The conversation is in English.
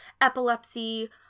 epilepsy